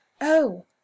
Oh